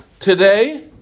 Today